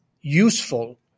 useful